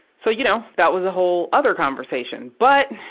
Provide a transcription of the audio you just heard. so, you know, that was a whole other conversation. but,